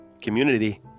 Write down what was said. community